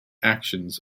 actions